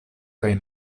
kaj